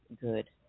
good